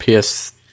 PS